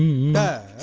no.